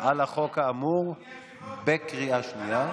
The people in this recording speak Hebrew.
על החוק האמור בקריאה שנייה.